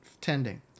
tending